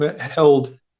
held